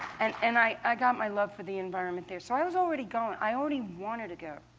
and and i i got my love for the environment there. so i was already going. i already wanted to go.